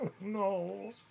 No